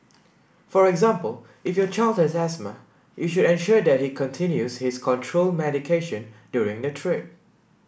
for example if your child has asthma you should ensure that he continues his control medication during the trip